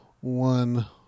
one